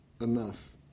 enough